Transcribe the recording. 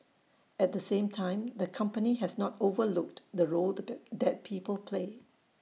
at the same time the company has not overlooked the role that people play